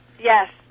yes